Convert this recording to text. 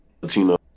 Latino